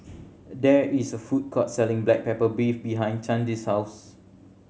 there is a food court selling black pepper beef behind Candi's house